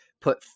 put